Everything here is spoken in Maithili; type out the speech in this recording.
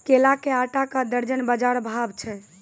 केला के आटा का दर्जन बाजार भाव छ?